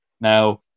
Now